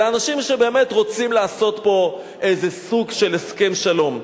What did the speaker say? אלא אנשים שבאמת רוצים לעשות פה איזה סוג של הסכם שלום.